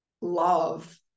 love